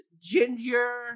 Ginger